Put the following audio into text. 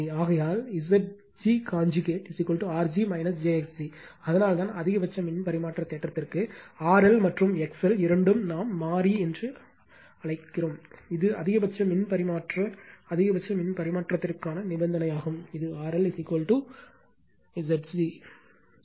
ஆகையால் Zg conjugate R g j x g அதனால்தான் அதிகபட்ச மின் பரிமாற்ற தேற்றத்திற்கு RL மற்றும் XL இரண்டும் நாம் மாறி என்று அழைக்கப்படும் இது அதிகபட்ச மின் பரிமாற்ற அதிகபட்ச மின் பரிமாற்றத்திற்கான நிபந்தனையாகும் இது ZLZg